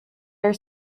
are